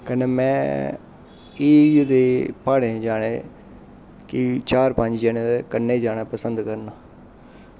कन्नै में एह् देह प्हाड़ें जाने ई कि चार पंज जने दे कन्नै जाना पसंद करना